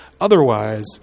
otherwise